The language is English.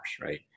Right